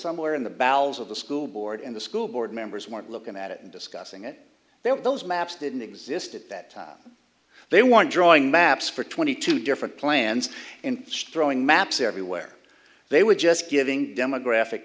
somewhere in the bowels of the school board and the school board members weren't looking at it and discussing it they were those maps didn't exist at that time they weren't drawing maps for twenty two different plans in strong maps everywhere they were just giving demographic